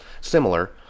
similar